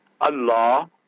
Allah